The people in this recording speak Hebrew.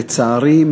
לצערי,